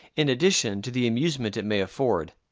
in addition to the amusement it may afford.